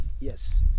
yes